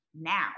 now